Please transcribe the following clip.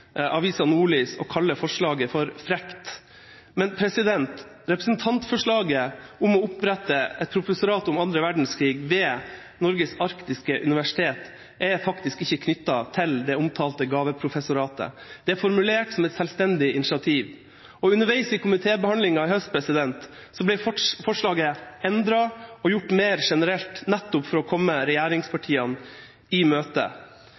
og kaller forslaget «frekt». Men representantforslaget om å opprette et professorat om annen verdenskrig ved Norges arktiske universitet er faktisk ikke knyttet til det omtalte gaveprofessoratet. Det er formulert som et selvstendig initiativ, og underveis i komitébehandlinga sist høst ble forslaget endret og gjort mer generelt, nettopp for å komme regjeringspartiene i møte.